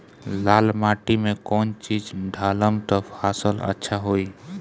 लाल माटी मे कौन चिज ढालाम त फासल अच्छा होई?